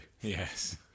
Yes